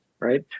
Right